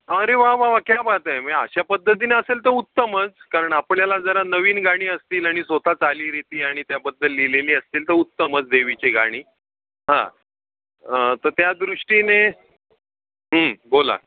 अरे वा वा वा क्या बात है म्हणजे आशा पद्धतीने असेल तर उत्तमच कारण आपल्याला जरा नवीन गाणी असतील आणि स्वतः चालीरीती आणि त्याबद्दल लिहिलेली असतील तर उत्तमच देवीचे गाणी हां तर त्या दृष्टीने बोला